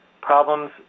problems